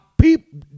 people